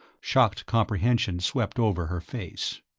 shocked comprehension swept over her face.